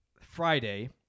Friday